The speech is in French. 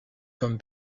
comme